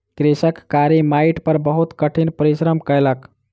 कृषक कारी माइट पर बहुत कठिन परिश्रम कयलक